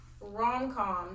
rom-com